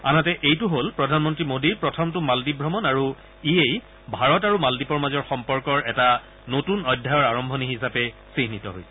আনহাতে এইটো হ'ল প্ৰধানমন্ত্ৰী মোদীৰ প্ৰথমটো মালঘীপ ভ্ৰমণ আৰু ইয়েই ভাৰত আৰু মালদ্বীপৰ মাজৰ সম্পৰ্কৰ এটা নতুন অধ্যায়ৰ আৰম্ভণি হিচাপে চিহ্নিত হৈছে